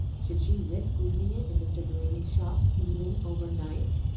should she risk leaving it in mr. delany's shop, even overnight?